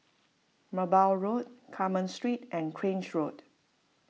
Merbau Road Carmen Street and Grange Road